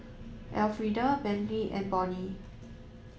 Elfrieda Brantley and Bonny